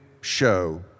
show